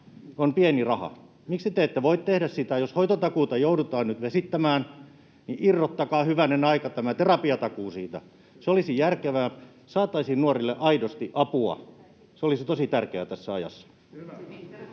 on pieni raha. Miksi te ette voi tehdä sitä? Jos hoitotakuuta joudutaan nyt vesittämään, niin irrottakaa, hyvänen aika, tämä terapiatakuu siitä. Se olisi järkevää, saataisiin nuorille aidosti apua. Se olisi tosi tärkeää tässä ajassa.